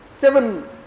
seven